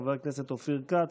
חבר הכנסת אופיר כץ,